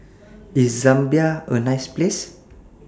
IS Zambia A nice Place